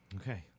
Okay